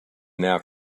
now